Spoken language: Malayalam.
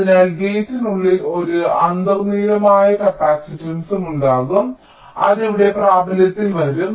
അതിനാൽ ഗേറ്റിനുള്ളിൽ ഒരു അന്തർലീനമായ കപ്പാസിറ്റൻസും ഉണ്ടാകും അത് ഇവിടെ പ്രാബല്യത്തിൽ വരും